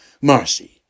Marcy